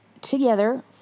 together